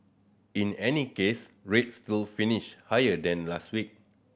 in any case rates still finished higher than last week